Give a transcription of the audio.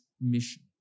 mission